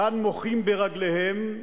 כאן מוחים ברגליהם,